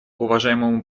уважаемому